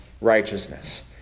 righteousness